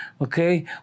okay